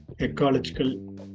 ecological